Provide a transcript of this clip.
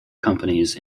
companies